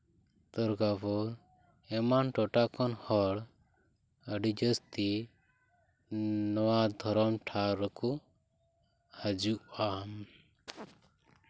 ᱫᱩᱨᱜᱟᱯᱩᱨ ᱮᱢᱟᱱ ᱴᱚᱴᱷᱟ ᱠᱷᱚᱱ ᱦᱚᱲ ᱟᱹᱰᱤ ᱡᱟᱹᱥᱛᱤ ᱱᱚᱣᱟ ᱫᱷᱚᱨᱚᱢ ᱴᱷᱟᱣ ᱨᱮᱠᱚ ᱦᱤᱡᱩᱜᱼᱟ